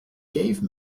gave